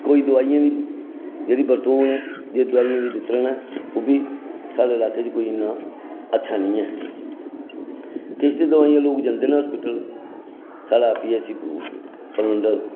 कोई दोआइयें दी दुकान ऐ ओह्बी साढ़े लाकै च पेदियां अच्छा निं ऐ किश ते दोआइयां लोग जंदे निं हैन हॉस्पिटल साढ़े पीएचसी परमंडल